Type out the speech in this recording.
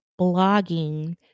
blogging